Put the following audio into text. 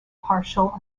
partial